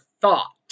thought